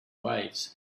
waves